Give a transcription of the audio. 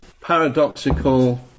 paradoxical